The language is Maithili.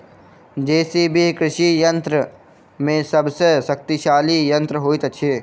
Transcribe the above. जे.सी.बी कृषि यंत्र मे सभ सॅ शक्तिशाली यंत्र होइत छै